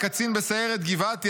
קצין בסיירת גבעתי,